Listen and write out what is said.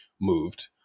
moved